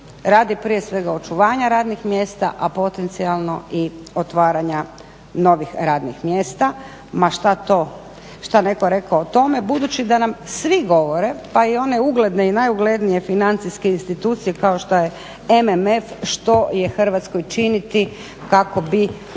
radi prije svega očuvanja radnih mjesta, a potencijalno i otvaranja novih radnih mjesta, ma šta netko rekao o tome, budući da nam svi govore, pa i one ugledne i najuglednije financijske institucije kao što je MMF, što je Hrvatskoj činiti kako bi